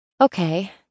Okay